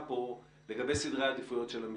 כאן לגבי סדרי העדיפויות של המשרד.